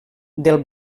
del